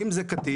אם זה קטיף,